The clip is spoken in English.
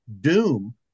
doom